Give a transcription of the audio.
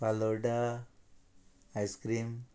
falooda ice cream